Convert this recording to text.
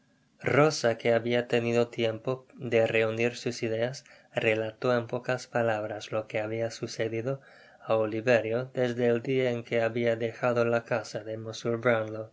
rosa que habia tenido tiempo de reunir sus ideas relató es pocas palabras lo que habia sucedido á olivero desde el dia en que habia dejado la casa de